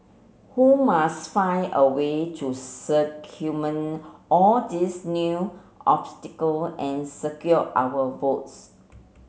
who must find a way to all these new obstacle and secure our votes